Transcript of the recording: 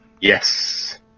Yes